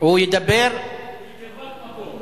הוא בקרבת מקום.